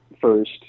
first